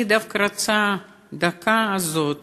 אני דווקא רוצה את הדקה הזאת